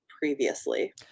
previously